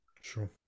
Sure